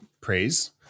praise